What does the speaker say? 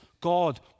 God